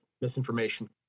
misinformation